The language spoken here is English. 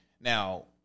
Now